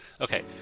Okay